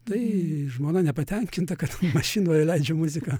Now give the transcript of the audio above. tai žmona nepatenkinta kad mašinoje leidžiu muziką